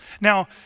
Now